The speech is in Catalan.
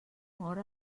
hora